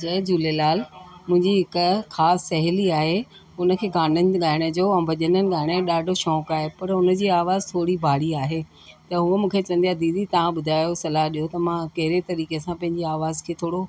जय झूलेलाल मुंहिंजी हिकु ख़ासि सहेली आहे उन खे गाननि ॻाइण जो ऐं भॼन ॻाइण जो ॾाढो शौक़ु आहे पर हुन जी आवाज़ थोरी भारी आहे त हूअ मूंखे चवंदी आहे दीदी तव्हां ॿुधायो सलाह ॾियो त मां कहिड़े तरीक़े सां पंहिंजी आवाज़ खे थोरो